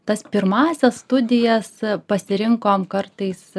tas pirmąsias studijas pasirinkom kartais